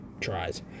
tries